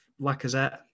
Lacazette